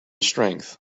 strength